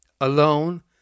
alone